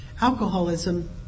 alcoholism